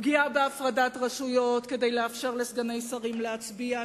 פגיעה בהפרדת רשויות כדי לאפשר לסגני שרים להצביע,